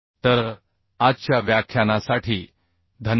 तर आजच्या व्याख्यानासाठी धन्यवाद